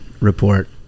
report